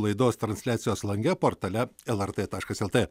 laidos transliacijos lange portale lrt taškas lt